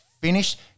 finished